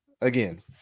Again